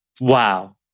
Wow